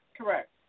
Correct